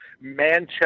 Manchester